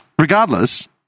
Regardless